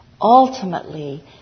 Ultimately